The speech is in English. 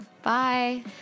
Bye